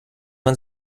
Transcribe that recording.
man